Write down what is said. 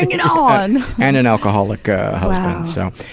and you know on! and an alcoholic ah so